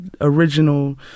original